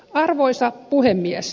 arvoisa puhemies